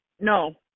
no